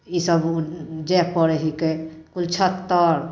ई सभ जाइके पड़ै हइके कुलछत्तर